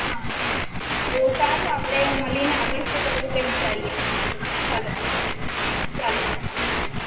હાં તો સારું આપડે મળીને આગળ શું કરવું તે વિચારીએ ચાલો ચાલો મળીયે